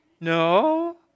No